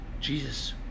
Jesus